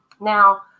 Now